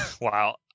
Wow